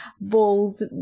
bold